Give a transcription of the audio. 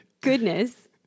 Goodness